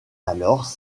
alors